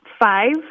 five